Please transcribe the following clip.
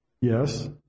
Yes